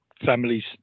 families